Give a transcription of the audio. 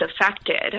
affected